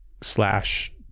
slash